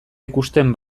ikusten